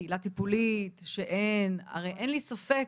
קהילת טיפולית שאין הרי אין לי ספק